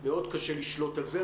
קשה לשלוט על זה,